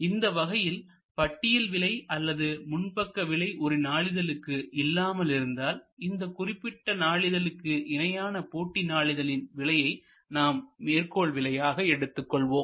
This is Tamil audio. இந்த வகையில் பட்டியல் விலை அல்லது முன்பக்க விலை ஒரு நாளிதழுக்கு இல்லாமலிருந்தால் இந்த குறிப்பிட்ட நாளிதழுக்கு இணையான போட்டி நாளிதழின் விலையை நாம் மேற்கோள் விலையாக எடுத்துக்கொள்வோம்